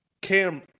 cam